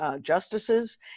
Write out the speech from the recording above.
justices